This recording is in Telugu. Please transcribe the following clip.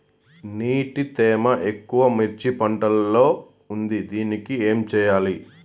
నీటి తేమ ఎక్కువ మిర్చి పంట లో ఉంది దీనికి ఏం చేయాలి?